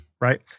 Right